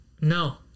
No